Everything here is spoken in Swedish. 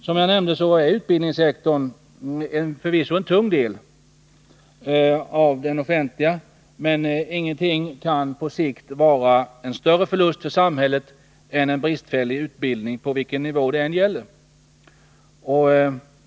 Som jag nämnde är utbildningssektorn förvisso en tung del av denna sektor, men ingenting kan på sikt vara en större förlust för samhället än att ge en bristfällig utbildning, på vilken nivå det än gäller.